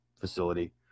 facility